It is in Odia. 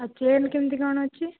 ଆଉ ଚେନ କେମିତି କ'ଣ ଅଛି